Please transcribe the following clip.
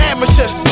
Amateurs